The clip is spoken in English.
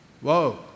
Whoa